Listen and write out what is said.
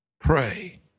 pray